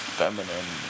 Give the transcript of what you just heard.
feminine